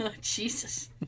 Jesus